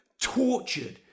tortured